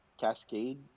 Cascade